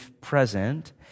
present